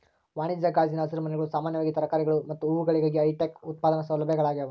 ವಾಣಿಜ್ಯ ಗಾಜಿನ ಹಸಿರುಮನೆಗಳು ಸಾಮಾನ್ಯವಾಗಿ ತರಕಾರಿಗಳು ಮತ್ತು ಹೂವುಗಳಿಗಾಗಿ ಹೈಟೆಕ್ ಉತ್ಪಾದನಾ ಸೌಲಭ್ಯಗಳಾಗ್ಯವ